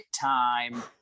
time